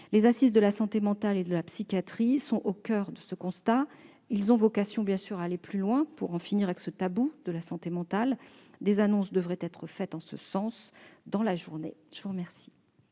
Les assises de la santé mentale et de la psychiatrie sont au coeur de ce constat. Elles ont vocation à aller plus loin, pour en finir avec le tabou sur la santé mentale. Des annonces devraient être faites en ce sens dans la journée. La parole